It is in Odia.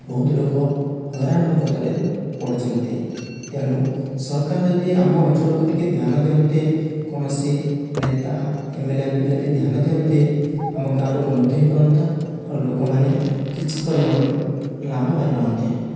ବହୁତ ଲୋକ ହଇରାଣ ହରକତରେ ପଡ଼ୁଛନ୍ତି ତେଣୁ ସରକାର ଯଦି ଆମ ଅଞ୍ଚଳକୁ ଟିକିଏ ଧ୍ୟାନ ଦିଅନ୍ତେ କୌଣସି ନେତା ଏମ୍ଏଲ୍ଏ ଏମ୍ପି ଯଦି ଧ୍ୟାନ ଦିଅନ୍ତେ ଆମ ଗାଁର ଉନ୍ନତି ହୋଇପାରନ୍ତା ଆଉ ଲୋକମାନେ କିଛି ପରିମାଣରେ ଲାଭ ପାଇପାରନ୍ତେ